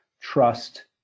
trust